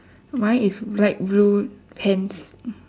mine is black blue pants